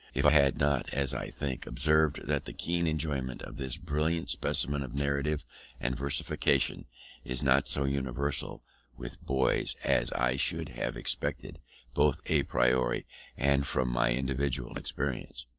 if i had not, as i think, observed that the keen enjoyment of this brilliant specimen of narrative and versification is not so universal with boys, as i should have expected both a priori and from my individual experience.